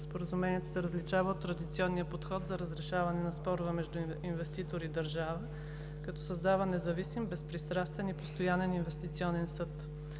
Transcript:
Споразумението се различава от традиционния подход за разрешаване на спорове между инвеститор и държава, като създава независим, безпристрастен и постоянен инвестиционен съд.